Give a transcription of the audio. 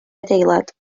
adeilad